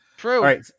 True